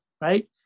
right